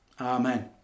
Amen